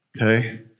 Okay